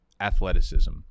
athleticism